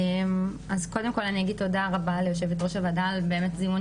אז קודם כל אני אגיד תודה רבה ליושבת ראש הוועדה על הדיון